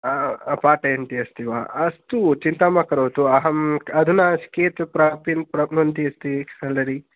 पाठयन्ति अस्ति वा अस्तु चिन्तां मा करोतु अहं अधुना कियत् प्राप्नुवन्ती अस्ति सालरि